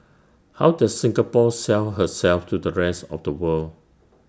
how does Singapore sell herself to the rest of the world